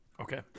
okay